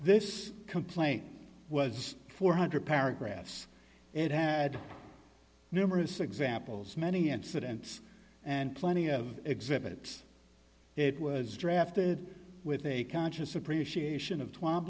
this complaint was four hundred paragraphs it had numerous examples many incidents and plenty of exhibits it was drafted with a conscious appreciation of t